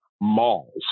Malls